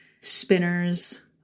Spinners